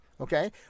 Okay